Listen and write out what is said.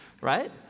right